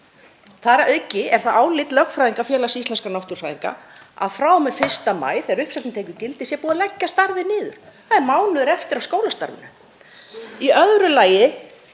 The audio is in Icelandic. Þar að auki er það álit lögfræðinga Félags íslenskra náttúrufræðinga að frá og með 1. maí, þegar uppsögnin tekur gildi, sé búið að leggja starfið niður. Það er mánuður eftir af skólastarfinu. Í öðru lagi